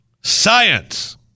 science